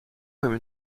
comme